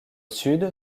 sud